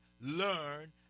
learn